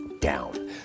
down